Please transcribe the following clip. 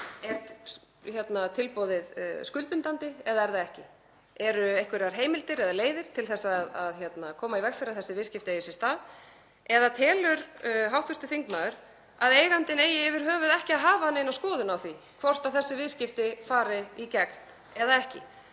er tilboðið þá skuldbindandi eða er það það ekki? Eru einhverjar heimildir eða leiðir til að koma í veg fyrir að þessi viðskipti eigi sér stað eða telur hv. þingmaður að eigandinn eigi yfir höfuð ekki að hafa neina skoðun á því hvort þessi viðskipti fari í gegn eða ekki?